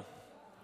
אליהו.